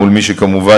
כמובן,